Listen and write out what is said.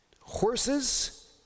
Horses